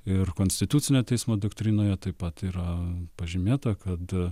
ir konstitucinio teismo doktrinoje taip pat yra pažymėta kad